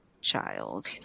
child